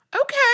Okay